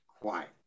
quiet